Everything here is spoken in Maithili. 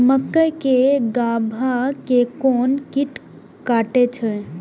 मक्के के गाभा के कोन कीट कटे छे?